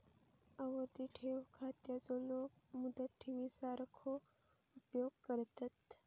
आवर्ती ठेव खात्याचो लोक मुदत ठेवी सारखो उपयोग करतत